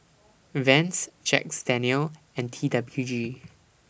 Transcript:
Vans Jack's Daniel's and T W G